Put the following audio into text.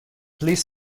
please